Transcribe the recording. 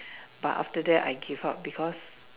but after that I give up because